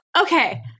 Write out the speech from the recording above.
Okay